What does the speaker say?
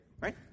right